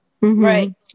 Right